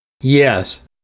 Yes